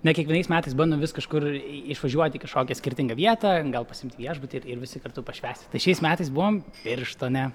na kiekvienais metais bandom vis kažkur išvažiuot į kažkokią skirtingą vietą gal pasiimti viešbutį ir visi kartu pašvęsti tad šiais metais buvom birštone